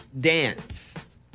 Dance